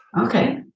Okay